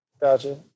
Gotcha